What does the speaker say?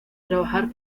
trabajar